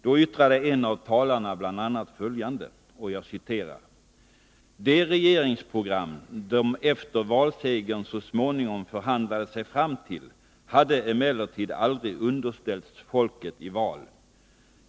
Då yttrade en av talarna bl.a. följande: ”Det regeringsprogram de efter valsegern så småningom förhandlade sig fram till hade emellertid aldrig underställts folket i val.